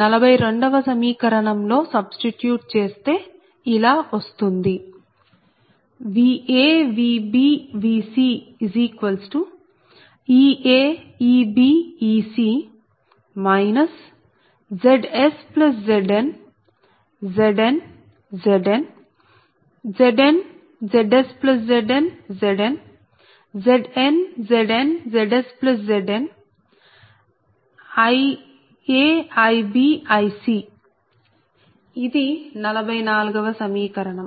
42 వ సమీకరణం లో సబ్స్టిట్యూట్ చేస్తే ఇలా వస్తుంది Va Vb Vc Ea Eb Ec ZsZn Zn Zn Zn ZsZn Zn Zn Zn ZsZnIa Ib Ic ఇది 44 వ సమీకరణం